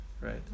right